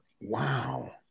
Wow